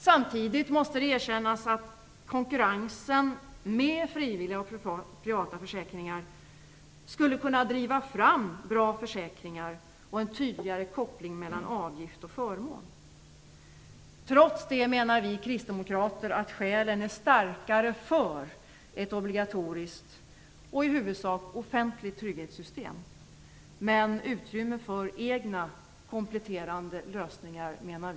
Samtidigt måste det erkännas att konkurrensen med frivilliga och privata försäkringar skulle kunna driva fram bra försäkringar och en tydligare koppling mellan avgift och förmån. Trots det menar vi kristdemokrater att skälen är starkare för ett obligatoriskt och i huvudsak offentligt trygghetssystem. Men vi menar att utrymme för egna kompletterande lösningar bör finnas.